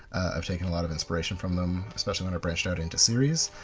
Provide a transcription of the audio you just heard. i've taken a lot of inspiration from them, especially when i branched out into series.